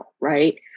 Right